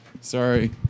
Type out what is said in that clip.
Sorry